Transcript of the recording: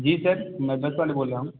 जी sir में bus वाले बोल रहा हूँ